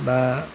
बा